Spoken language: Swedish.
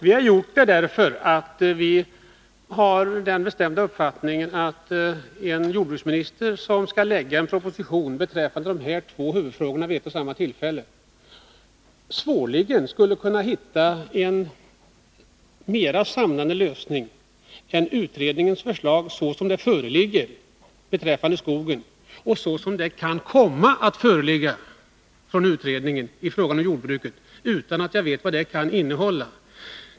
Vi har gjort denna fundering därför att vi har den bestämda uppfattningen att en jordbruksminister som skall lägga fram en proposition beträffande de här två huvudfrågorna vid ett och samma tillfälle svårligen skulle kunna hitta en mera samlande lösning än utredningens förslag, såsom det föreligger beträffande skogen och såsom det kan komma att föreligga i fråga om jordbruket. Jag vet ju inte vad detta i det senare fallet kommer att innehålla.